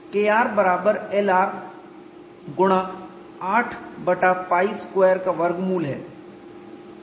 तो Kr बराबर Lr गुणा 8 बटा π2 का वर्गमूल है